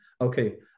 okay